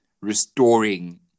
restoring